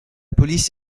police